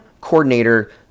coordinator